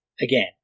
again